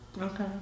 Okay